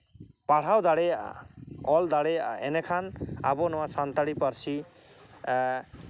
ᱯᱟᱲᱦᱟᱣ ᱫᱟᱲᱮᱭᱟᱜᱼᱟ ᱚᱞ ᱫᱟᱲᱮᱭᱟᱜᱼᱟ ᱮᱸᱰᱮ ᱠᱷᱟᱱ ᱟᱵᱚ ᱱᱚᱣᱟ ᱥᱟᱱᱛᱟᱲᱤ ᱯᱟᱹᱨᱥᱤ